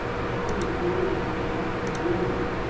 christina frowned with the effort of memory.